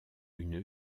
une